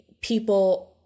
people –